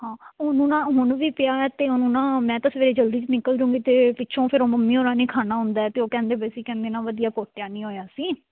ਹਾਂ ਉਹਨੂੰ ਨਾ ਹੁਣ ਵੀ ਪਿਆ ਹੈ ਅਤੇ ਉਹਨੂੰ ਨਾ ਮੈਂ ਤਾਂ ਸਵੇਰੇ ਜਲਦੀ 'ਚ ਨਿਕਲ ਜਾਉਗੀ ਅਤੇ ਪਿੱਛੋਂ ਫਿਰ ਉਹ ਮੰਮੀ ਉਹਨਾਂ ਨੇ ਖਾਣਾ ਹੁੰਦਾ ਅਤੇ ਉਹ ਕਹਿੰਦੇ ਪਏ ਸੀ ਕਹਿੰਦੇ ਨਾ ਵਧੀਆ ਘੋਟਿਆਂ ਨਹੀਂ ਹੋਇਆ ਸੀ